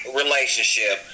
relationship